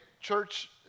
church